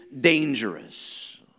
dangerous